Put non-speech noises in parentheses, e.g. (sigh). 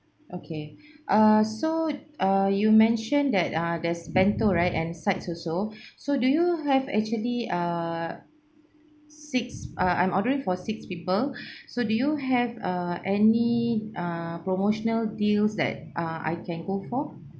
okay (breath) uh so uh you mentioned that ah there's bento right and sides also (breath) so do you have actually err six ah I'm ordering for six people (breath) so do you have uh any ah promotional deals that ah I can go for